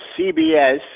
CBS